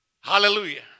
Hallelujah